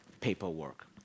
paperwork